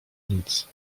nic